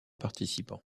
participants